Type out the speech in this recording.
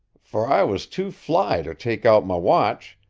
for i was too fly to take out my watch,